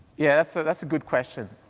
yeah so that's a good question.